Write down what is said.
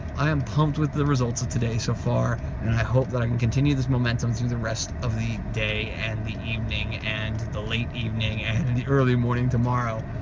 i am pumped with the results of today so far and i hope that i can continue this momentum through the rest of the day and the evening and the late evening and the early morning tomorrow.